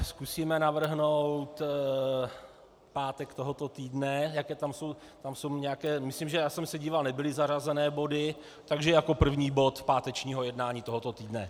Zkusíme navrhnout pátek tohoto týdne tam jsou nějaké... myslím, že jsem se díval, nebyly zařazené body takže jako první bod pátečního jednání tohoto týdne.